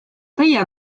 teie